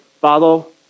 follow